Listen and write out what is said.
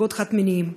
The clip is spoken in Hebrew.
זוגות חד-מיניים,